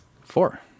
Four